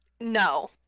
No